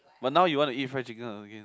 but now you want to eat fried chicken again